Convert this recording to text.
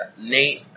Nate